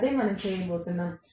అదే మనం చేయబోతున్నాం